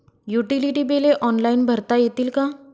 Utility बिले online भरता येतील का?